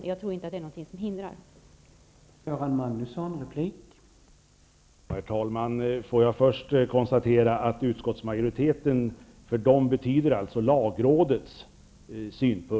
Jag tror inte att det finns någonting som hindrar det.